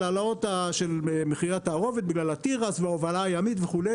העלאות מחירי התערובת בגלל התירס וההובלה הימית וכו',